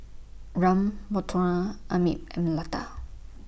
Ram Manohar Amit and Lata